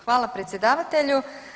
Hvala predsjedavatelju.